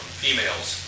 females